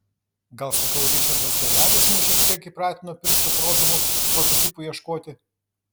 gal sakau ričardas gavelis mus šiek tiek įpratino pirštu parodomų prototipų ieškoti